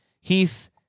Heath